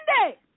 sunday